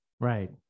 right